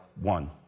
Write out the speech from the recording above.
one